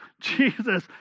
Jesus